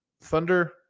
Thunder –